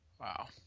Wow